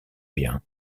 bien